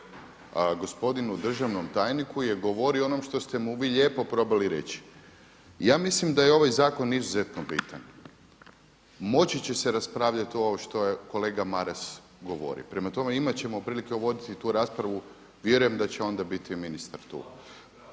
gospodinu državnom tajniku je govorio o onom što ste mu vi lijepo probali reći. Ja mislim da je ovaj zakon izuzetno bitan. Moći će se raspravljati ovo što je kolega Maras govorio. Prema tome, imat ćemo prilike voditi tu raspravu, vjerujem da će onda biti i ministar tu.